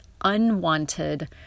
unwanted